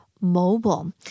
mobile